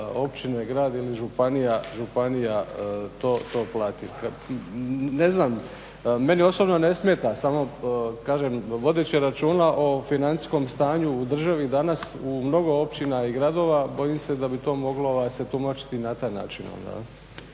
općina, grad ili županija, županija to plati. Ne znam, meni osobno ne smeta. Samo kažem vodeći računa o financijskom stanju u državi danas u mnogo općina i gradova bojim se da bi to moglo se tumačiti na taj način